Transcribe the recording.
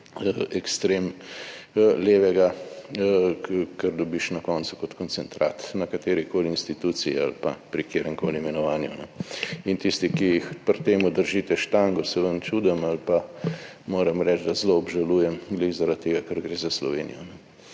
ekstrem levega, kar dobiš na koncu kot koncentrat na katerikoli instituciji ali pa pri kateremkoli imenovanju. Tistim, ki pri tem držite štango, se čudim ali pa moram reči, da zelo obžalujem, ravno zaradi tega, ker gre za Slovenijo.